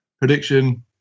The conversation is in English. Prediction